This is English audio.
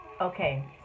Okay